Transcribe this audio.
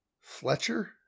Fletcher